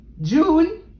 june